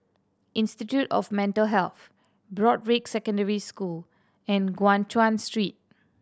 Institute of Mental Health Broadrick Secondary School and Guan Chuan Street